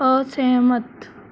असहमत